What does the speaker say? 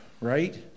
right